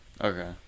Okay